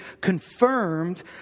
confirmed